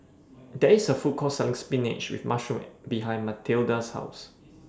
There IS A Food Court Selling Spinach with Mushroom behind Mathilda's House